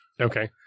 Okay